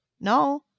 no